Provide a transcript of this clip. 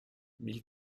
mille